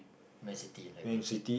man-city like we have said